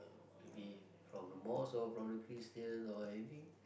maybe from the mosque or from the Christian or anything